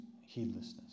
heedlessness